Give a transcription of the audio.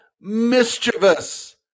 Mischievous